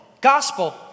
gospel